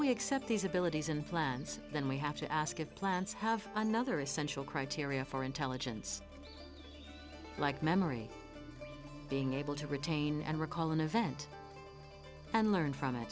we accept these abilities and plans then we have to ask if plants have another essential criteria for intelligence like memory being able to retain and recall an event and learn from it